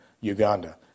Uganda